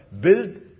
Build